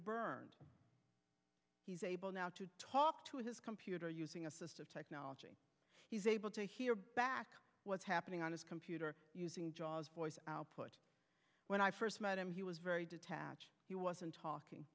burned he's able now to talk to his computer using assistive technology he's able to hear back what's happening on his computer using jaws voice output when i first met him he was very detached he wasn't talking